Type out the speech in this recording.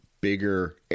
bigger